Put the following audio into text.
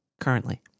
currently